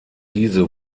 diese